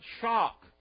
shock